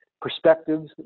perspectives